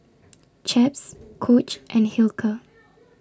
Chaps Coach and Hilker